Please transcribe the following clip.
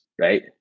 right